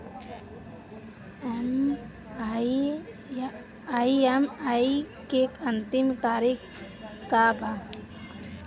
EMI के अंतिम तारीख का बा?